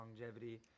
longevity